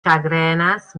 ĉagrenas